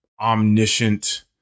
omniscient